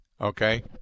Okay